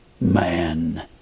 man